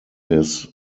his